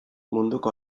munduko